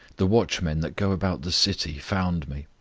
the watchmen that go about the city found me,